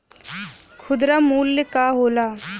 खुदरा मूल्य का होला?